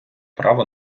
право